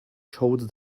showed